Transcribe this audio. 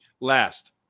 last